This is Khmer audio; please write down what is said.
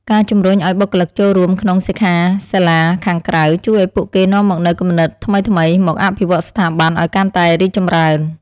ការជំរុញឱ្យបុគ្គលិកចូលរួមក្នុងសិក្ខាសាលាខាងក្រៅ ជួយឱ្យពួកគេនាំមកនូវគំនិតថ្មីៗមកអភិវឌ្ឍស្ថាប័នឱ្យកាន់តែរីកចម្រើន។